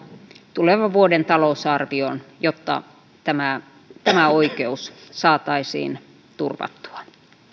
tulevan vuoden talousarvioon jotta tämä tämä oikeus saataisiin turvattua